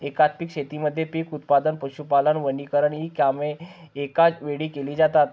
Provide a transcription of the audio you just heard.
एकात्मिक शेतीमध्ये पीक उत्पादन, पशुपालन, वनीकरण इ कामे एकाच वेळी केली जातात